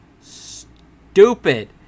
stupid